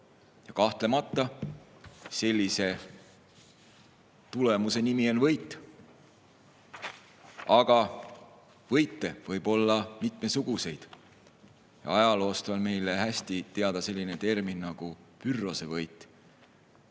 Kahtlemata, sellise tulemuse nimi on võit. Aga võite võib olla mitmesuguseid. Ajaloost on meile hästi teada selline termin nagu Pyrrhose võit.